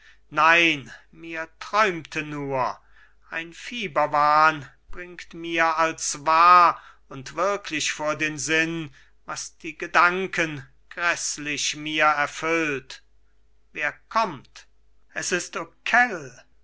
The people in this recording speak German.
nein mir träumte nur ein fieberwahn bringt mir als wahr und wirklich vor den sinn was die gedanken gräßlich mir erfüllt wer kommt es ist okell so